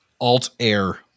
Altair